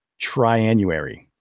triannuary